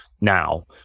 now